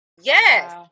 Yes